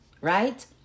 right